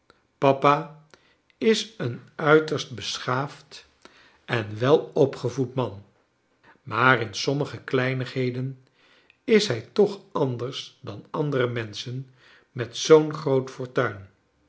papa is een uiterst beschaafd en wel opgevoed man maar in sommige kleinigheden is hij toch anders dan andere menschen met zoo'n groot fortuin